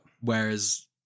Whereas